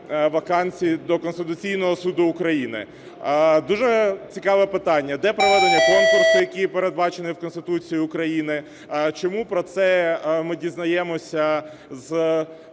вакансії до Конституційного Суду України. Дуже цікаве питання: де проведення конкурсу, який передбачений в Конституції України? Чому про це ми дізнаємося з